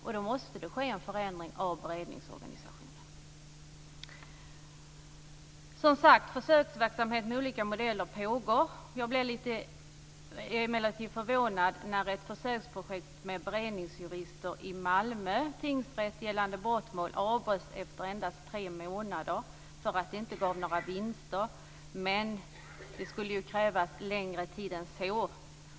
Och då måste det ske en förändring av beredningsorganisationen. Som sagt, försöksverksamhet med olika modeller pågår. Jag blev emellertid förvånad när ett försöksprojekt med beredningsjurister i Malmö tingsrätt gällande brottmål avbröts efter endast tre månader för att det inte gav några vinster. Det skulle ju krävas längre tid än så.